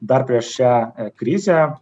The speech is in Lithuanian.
dar prieš šią krizę